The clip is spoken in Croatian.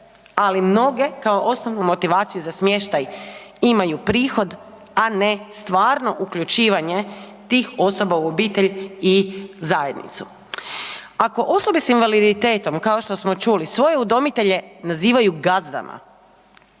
ali mnoge kao osnovnu motivaciju za smještaj imaju prihod, a ne stvarno uključivanje tih osoba u obitelj i zajednicu. Ako osobe s invaliditetom, kao što smo čuli, svoje udomitelje nazivaju gazdama,